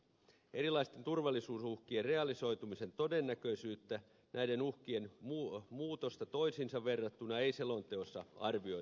erilaisten turvallisuusuhkien realisoitumisen todennäköisyyttä ja näiden uhkien muutosta toisiinsa verrattuna ei selonteossa arvioida